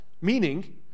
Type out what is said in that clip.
Meaning